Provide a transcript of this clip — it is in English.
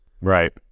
Right